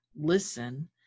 listen